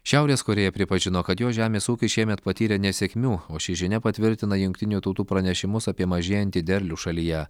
šiaurės korėja pripažino kad jos žemės ūkis šiemet patyrė nesėkmių o ši žinia patvirtina jungtinių tautų pranešimus apie mažėjantį derlių šalyje